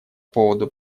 поводу